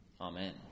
Amen